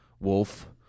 wolf